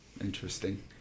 Interesting